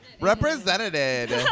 Represented